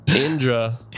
Indra